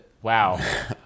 Wow